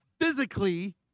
physically